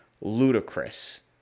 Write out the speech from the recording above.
ludicrous